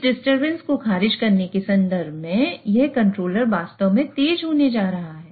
इस डिस्टरबेंस को खारिज करने के संदर्भ में यह कंट्रोलर वास्तव में तेज होने जा रहा है